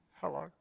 hello